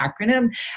acronym